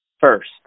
first